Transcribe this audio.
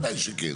בוודאי שכן.